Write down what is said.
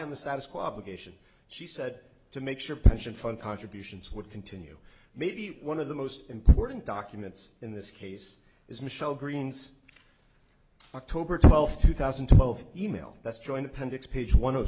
the status quo obligation she said to make sure pension fund contributions would continue maybe one of the most important documents in this case is michelle green's october twelfth two thousand and twelve e mail let's join appendix page one o